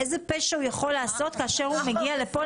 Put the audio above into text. איזה פשע הוא יכול לעשות כאשר הוא מגיע לפה,